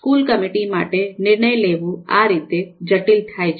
school committee માટે નિર્ણય લેવું આ રીતે જટિલ થાય છે